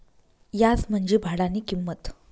याज म्हंजी भाडानी किंमत